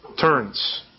turns